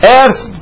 earth